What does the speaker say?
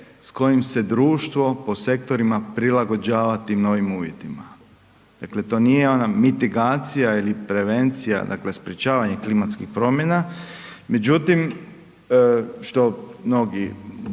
s kojim se društvo po sektorima prilagođava tim novim uvjetima. Dakle, to nije ono mitigacija ili prevencija, dakle sprječavanje klimatskih promjena, međutim, što mnogi brkaju,